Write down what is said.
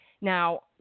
Now